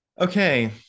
okay